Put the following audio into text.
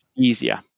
easier